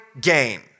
gain